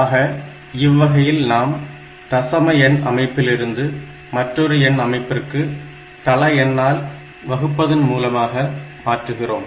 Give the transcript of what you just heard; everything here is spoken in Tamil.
ஆக இவ்வகையில் நாம் தசம எண் அமைப்பிலிருந்து மற்றொரு எண் அமைப்பிற்கு தள எண்ணால் வகுப்பதன் மூலமாக மாற்றுகிறோம்